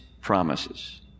promises